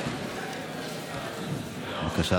בבקשה,